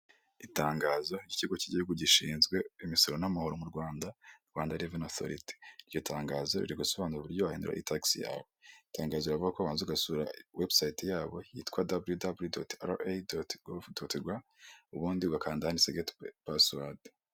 Itangazo ry'ikigo k'igihugu gishinzwe imisoro n'amahoro mu Rwanda, Rwanda reveni otoriti, iryo tangazo riri gusobanura uburyo wahindura itagisi yawe amatangazo, avuga ko ubanza ugasura webusayite yabo yitwa daburiyu daburiyu daburiyu, doti govu, doti rwa ubundi ugakanda ahanditse geti pasiwadi.